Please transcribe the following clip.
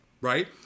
right